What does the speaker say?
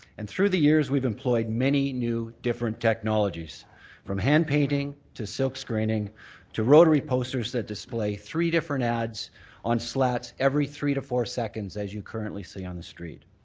and through the years, we've employed many new different technologies from hand painting to silk screening to rotary posters that display three different ads on slabbers three to four seconds as you currently see on the street.